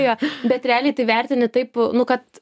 jo bet realiai tai vertini taip nu kad